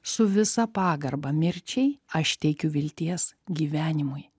su visa pagarba mirčiai aš teikiu vilties gyvenimui